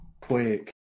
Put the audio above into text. quick